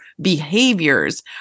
behaviors